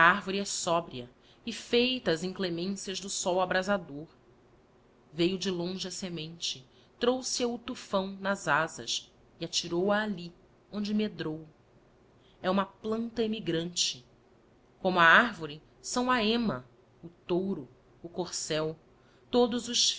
arvore é bobria e feita ás inclemências do sol abrasador veio de longe a semente trouxe-a o tufso nab azas e atirou-a alli onde medrou e uma planta emigrante como a arvore são a ema o touro o corsei todos os